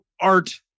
art